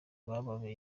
ngo